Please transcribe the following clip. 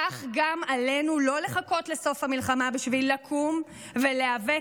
כך גם עלינו לא לחכות לסוף המלחמה בשביל לקום ולהיאבק